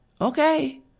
okay